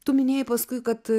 tu minėjai paskui kad